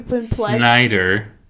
Snyder